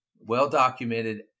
well-documented